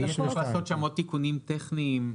צריך לעשות שם עוד תיקונים טכניים.